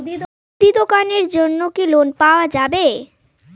মুদি দোকানের জন্যে কি লোন পাওয়া যাবে?